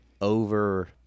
over